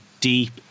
deep